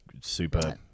super